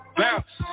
bounce